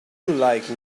like